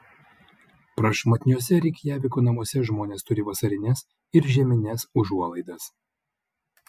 prašmatniuose reikjaviko namuose žmonės turi vasarines ir žiemines užuolaidas